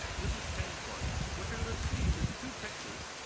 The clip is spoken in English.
this is change-blindness. what you're going to see is two pictures,